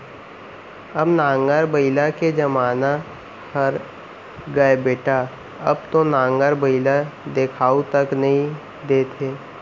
अब नांगर बइला के जमाना हर गय बेटा अब तो नांगर बइला देखाउ तक नइ देत हे